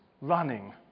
running